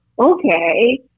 Okay